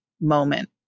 moment